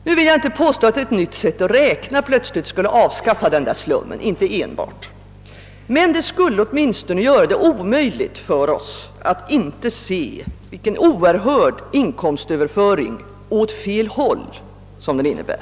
Jag säger inte att ett nytt sätt att räkna skulle avskaffa denna slum — inte ensamt. Men det skulle åtminstone göra det omöjligt för oss att inte se vilken oerhörd inkomstöverföring åt fel håll den innebär.